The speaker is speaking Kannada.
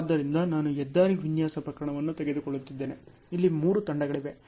ಆದ್ದರಿಂದ ನಾನು ಹೆದ್ದಾರಿ ವಿನ್ಯಾಸ ಪ್ರಕರಣವನ್ನು ತೆಗೆದುಕೊಳ್ಳುತ್ತಿದ್ದೇನೆ ಇಲ್ಲಿ ಮೂರು ತಂಡಗಳಿವೆ